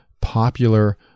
popular